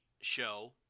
show